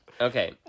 Okay